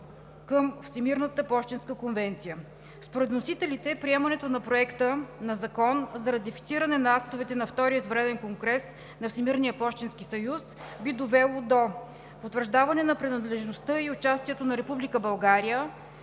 към Всемирната пощенска конвенция. Според вносителите приемането на Законопроекта за ратифициране на актовете на Втория извънреден конгрес на Всемирния пощенски съюз би довело до: - потвърждаване на принадлежността и участието на Република България